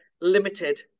Limited